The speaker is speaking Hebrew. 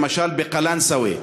למשל בקלנסואה,